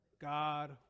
God